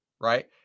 right